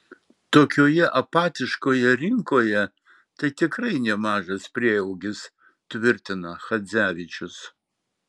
tokioje apatiškoje rinkoje tai tikrai nemažas prieaugis tvirtina chadzevičius